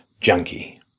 junkie